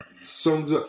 songs